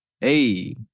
Hey